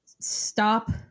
stop